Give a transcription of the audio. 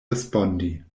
respondi